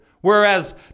whereas